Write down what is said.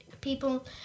people